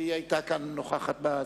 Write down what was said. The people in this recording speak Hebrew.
והיא היתה נוכחת כאן.